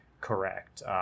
correct